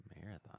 Marathon